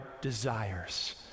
desires